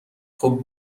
خوب